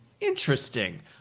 interesting